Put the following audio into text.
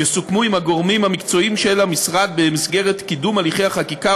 יסוכמו עם הגורמים המקצועיים של המשרד במסגרת קידום הליכי החקיקה,